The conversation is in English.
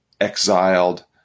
exiled